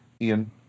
Ian